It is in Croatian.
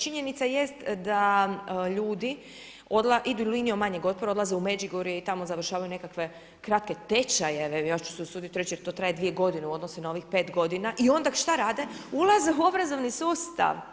Činjenica jest da ljudi idu linijom manjeg otpora, odlaze u Međugorje i tamo završavaju nekakve kratke tečajeve, ja ću se usuditi reć jer to traje 2 g. u odnosu na ovih 5 g. i onda šta rade, ulaze u obrazovni sustav.